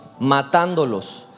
matándolos